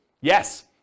Yes